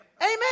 Amen